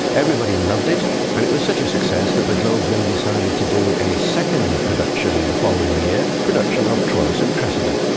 everybody loved it and it was such a success that the globe then decided to do a second production the following year, production of troilus and cressida.